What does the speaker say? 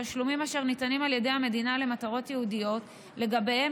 תשלומים אשר ניתנים על ידי המדינה למטרות ייעודיות שלגביהם